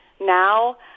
now